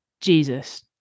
Jesus